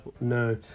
No